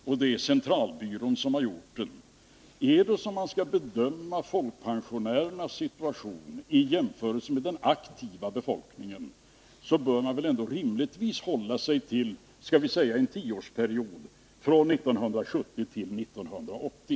Om man skall jämföra folkpensionärernas ekonomiska situation med den aktiva befolkningens, så bör man rimligtvis göra det över en tioårsperiod, exempelvis från 1970 till 1980.